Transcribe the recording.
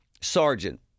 sergeant